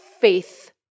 faith